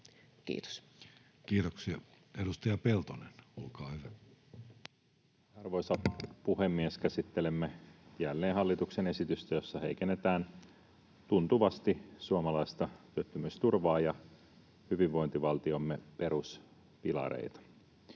Kiitos Kiitoksia. — Edustaja Peltonen, olkaa hyvä. Arvoisa puhemies! Käsittelemme jälleen hallituksen esitystä, jossa heikennetään tuntuvasti suomalaista työttömyysturvaa ja hyvinvointivaltiomme peruspilareita.